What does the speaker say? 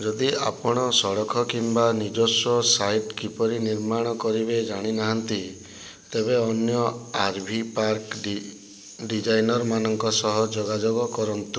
ଯଦି ଆପଣ ସଡ଼କ କିମ୍ବା ନିଜସ୍ୱ ସାଇଟ କିପରି ନିର୍ମାଣ କରିବେ ଜାଣି ନାହାଁନ୍ତି ତେବେ ଅନ୍ୟ ଆରଭି ପାର୍କ ଡିଜାଇନର ମାନଙ୍କ ସହ ଯୋଗାଯୋଗ କରନ୍ତୁ